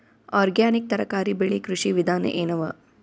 Organic ತರಕಾರಿ ಬೆಳಿ ಕೃಷಿ ವಿಧಾನ ಎನವ?